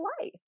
life